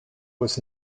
was